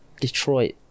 Detroit